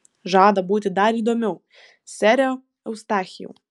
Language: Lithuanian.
žada būti dar įdomiau sere eustachijau